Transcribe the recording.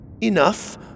Enough